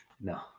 No